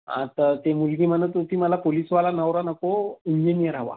आता ते मुलगी म्हणत होती मला पोलिसवाला नवरा नको इंजिनियर हवा